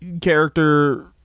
character